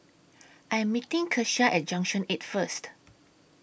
I Am meeting Kesha At Junction eight First